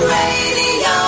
Radio